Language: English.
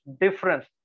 difference